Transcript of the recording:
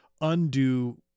undo